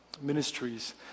ministries